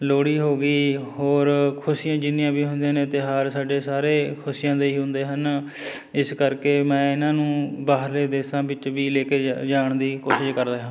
ਲੋਹੜੀ ਹੋ ਗਈ ਹੋਰ ਖੁਸ਼ੀਆਂ ਜਿੰਨੀਆਂ ਵੀ ਹੁੰਦੀਆਂ ਨੇ ਤਿਉਹਾਰ ਸਾਡੇ ਸਾਰੇ ਖੁਸ਼ੀਆਂ ਦੇ ਹੀ ਹੁੰਦੇ ਹਨ ਇਸ ਕਰਕੇ ਮੈਂ ਇਹਨਾਂ ਨੂੰ ਬਾਹਰਲੇ ਦੇਸ਼ਾਂ ਵਿੱਚ ਵੀ ਲੈ ਕੇ ਜਾ ਜਾਣ ਦੀ ਕੋਸ਼ਿਸ਼ ਕਰ ਰਿਹਾ ਹਾਂ